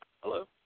Hello